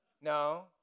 No